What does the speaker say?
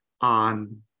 on